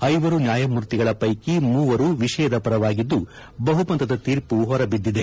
ಐವರು ನ್ಯಾಯಮೂರ್ತಿಗಳ ಪೈಕಿ ಮೂವರು ವಿಷಯದ ಪರವಾಗಿದ್ದು ಬಹುಮತದ ತೀರ್ಪು ಹೊರಬಿದ್ದಿದೆ